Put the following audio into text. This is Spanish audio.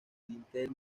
dintel